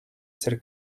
ser